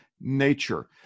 nature